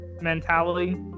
mentality